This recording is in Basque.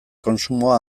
kontsumoa